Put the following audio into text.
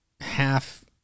half